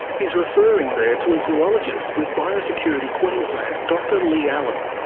he's referring there to a zoologist with biosecurity queensland, dr lee allen.